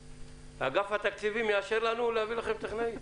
אגף התקציבים יאשר לנו להביא לכם טכנאי?